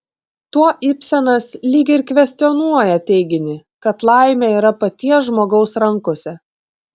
tuo ibsenas lyg ir kvestionuoja teiginį kad laimė yra paties žmogaus rankose